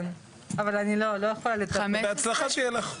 כן, אבל אני לא יכולה --- בהצלחה שיהיה לך.